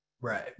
Right